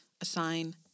assign